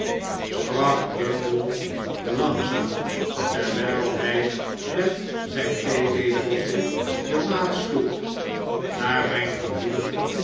sprak bumble langzaam terwijl hij met zijn theelepeltje de maat sloeg naar mijn gevoelen